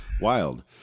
Wild